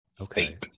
Okay